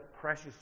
precious